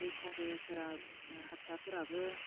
बैसागोफोरा हारसाफोराबो